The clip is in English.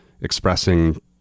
expressing